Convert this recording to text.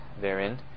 therein